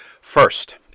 First